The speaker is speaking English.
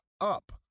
up